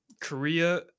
Korea